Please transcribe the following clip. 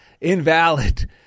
invalid